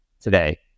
today